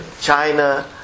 China